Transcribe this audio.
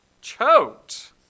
choked